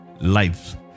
life